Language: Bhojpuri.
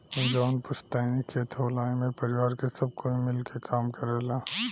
जवन पुस्तैनी खेत होला एमे परिवार के सब कोई मिल के काम करेला